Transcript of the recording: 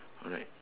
alright